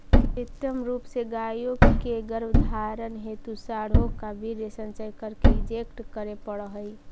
कृत्रिम रूप से गायों के गर्भधारण हेतु साँडों का वीर्य संचय करके इंजेक्ट करे पड़ हई